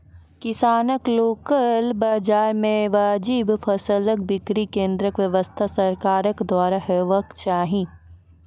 किसानक लोकल बाजार मे वाजिब फसलक बिक्री केन्द्रक व्यवस्था सरकारक द्वारा हेवाक चाही?